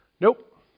nope